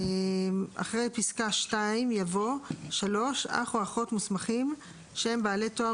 אחרי פסקה (2) יבוא: "(3) אח או אחות מוסמכים שהם בעלי תואר